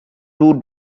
two